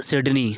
Sydney